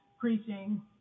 preaching